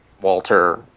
Walter